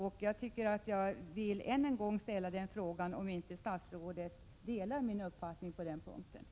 Än en gång vill jag fråga statsrådet om han inte delar min uppfattning på denna punkt.